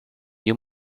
you